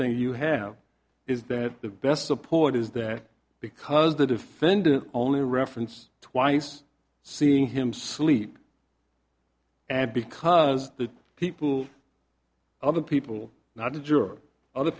thing you have is that the best support is that because the defendant only reference twice seeing him sleep and because the people other people not just your other